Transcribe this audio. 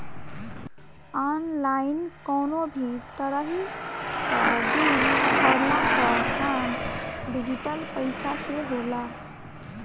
online कवनो भी तरही कअ बिल भरला कअ काम डिजिटल पईसा से होला